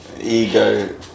Ego